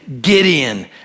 Gideon